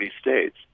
states